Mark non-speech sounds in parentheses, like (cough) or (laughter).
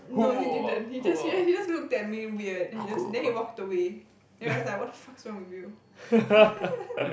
no he didn't he just yeah he just looked at me weird then he just then he walked away then I was like what the fuck is wrong with you (laughs)